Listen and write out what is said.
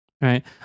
right